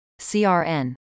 CRN